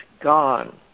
gone